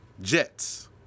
Jets